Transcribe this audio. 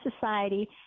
society